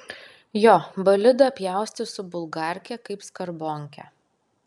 jo bolidą pjaustė su bulgarke kaip skarbonkę